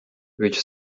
which